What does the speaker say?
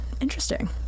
interesting